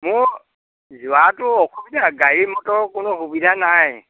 মোৰ যোৱাটো অসুবিধা গাড়ী মটৰৰ কোনো সুবিধা নাই